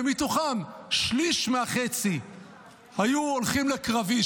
ומתוכם שליש מהחצי היו הולכים לקרבי,